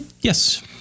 Yes